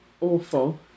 Awful